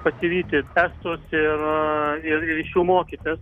pasivyti estus ir ir ir iš jų mokytis